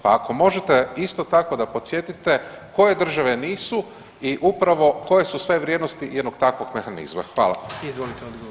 Pa ako možete isto tako da podsjetite koje države nisu i upravo koje su sve vrijednosti jednog takvog mehanizma?